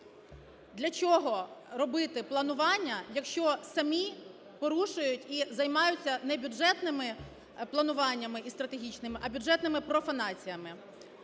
Для чого робити планування, якщо самі порушують і займаються не бюджетними плануванням і стратегічними, а бюджетними профанаціями?